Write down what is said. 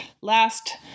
last